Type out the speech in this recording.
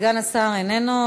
סגן השר איננו.